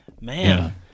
Man